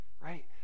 right